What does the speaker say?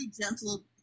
gentle